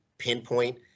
pinpoint